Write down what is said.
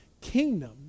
kingdom